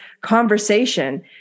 conversation